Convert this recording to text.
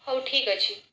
ହଉ ଠିକ୍ ଅଛି